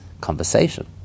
conversation